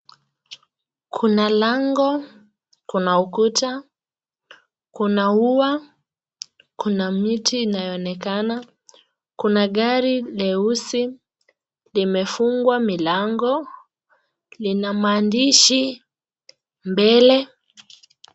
Kuna lango, kuna ukuta, kuna ua, kuna miti inayoonekana, kuna gari leusi limefungwa milango lina maandishi mbele.